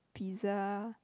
pizza